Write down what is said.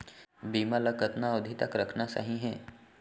बीमा ल कतना अवधि तक रखना सही हे?